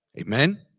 amen